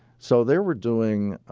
so they were doing,